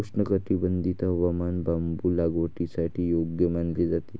उष्णकटिबंधीय हवामान बांबू लागवडीसाठी योग्य मानले जाते